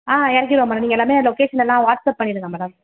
ஆ இறக்கிடுவோம் மேடம் நீங்கள் எல்லாமே லொகேஷன் எல்லாம் வாட்ஸப் பண்ணிவிடுங்க மேடம்